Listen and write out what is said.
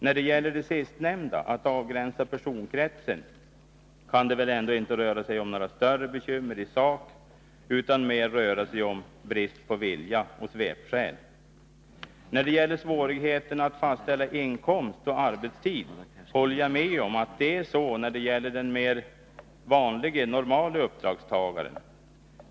När det gäller det sistnämnda, att avgränsa personkretsen, kan det väl ändå inte röra sig om några större bekymmer i sak, utan det måste mer röra sig om svepskäl och brist på vilja. När det gäller svårigheterna att fastställa inkomst och arbetstid håller jag med om att sådana föreligger när det gäller den mer normala uppdragstagaren.